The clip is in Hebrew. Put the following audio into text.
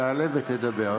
תעלה ותדבר.